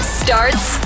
starts